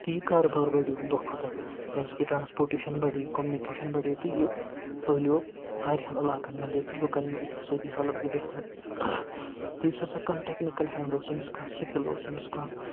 تہِ یہِ کارٕبار بَڑِ وَنہِ دۄہ کھۄ دۄہ کیٛازِکہِ ٹرٛانسپوٹیشَن بَڑے کوٚمنِکیشَن بَڑے تہٕ یہِ پھٲلیو واریاہَن علاقَن منٛز ییٚتہِ تہِ لُکَن ہِنٛز اِقتِصٲدی حالت گٔے بہتر تہٕ یُس ہسا کانٛہہ ٹٮ۪کنِکَل ہینٛڈ اوس ییٚمِس کانٛہہ سِکِل اوس ییٚمِس کانٛہہ